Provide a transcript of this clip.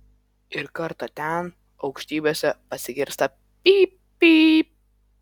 ir kartą ten aukštybėse pasigirsta pyp pyp